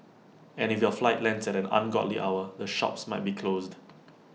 and if your flight lands at an ungodly hour the shops might be closed